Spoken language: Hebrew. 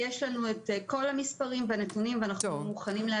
יש לנו את כל המספרים והנתונים ואנחנו מוכנים להעביר אותם אליכם.